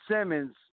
Simmons